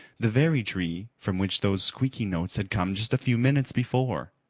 the very tree from which those squeaky notes had come just a few minutes before.